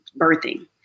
birthing